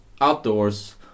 outdoors